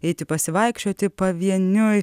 eiti pasivaikščioti pavieniui